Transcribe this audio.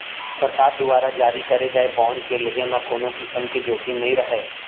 सरकार दुवारा जारी करे गए बांड के लेहे म कोनों किसम के जोखिम नइ रहय